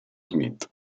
smith